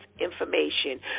information